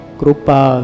Krupa